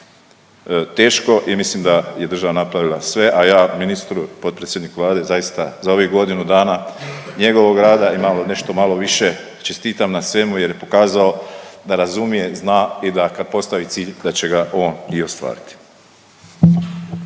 teško i mislim da je država napravila sve, a ja ministru i potpredsjedniku Vlade, zaista za ovih godinu dana njegovog rada i malo nešto malo više čestitam na svemu jer je pokazao da razumije, zna i da kad postavi cilj da će ga on i ostvariti.